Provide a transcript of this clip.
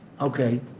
Okay